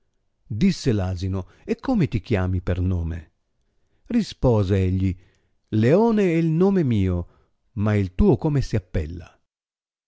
disse l'asino e come ti chiami per nome rispose egli leone è il nome mio ma il tuo come si appella